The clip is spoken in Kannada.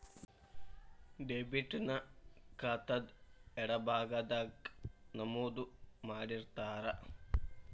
ಡೆಬಿಟ್ ನ ಖಾತಾದ್ ಎಡಭಾಗದಾಗ್ ನಮೂದು ಮಾಡಿರ್ತಾರ